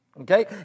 okay